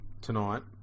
Tonight